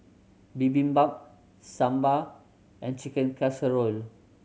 Bibimbap Sambar and Chicken Casserole